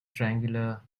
triangular